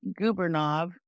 Gubernov